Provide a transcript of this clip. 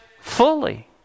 fully